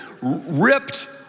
Ripped